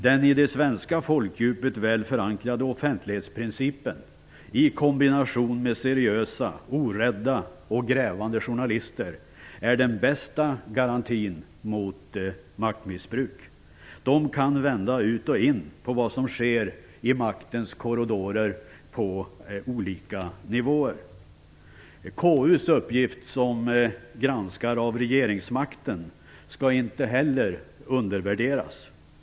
Den i det svenska folkdjupet väl förankrade offentlighetsprincipen i kombination med seriösa orädda och grävande journalister är den bästa garantin mot maktmissbruk. De kan vända ut och in på vad som sker i maktens korridorer på olika nivåer. KU:s uppgift som granskare av regeringsmakten skall inte heller undervärderas.